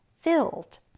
filled